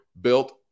Built